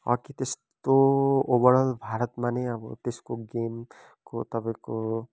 hockey त्यस्तो overall भारतमा नै अब त्यसको गेमको तपाईँको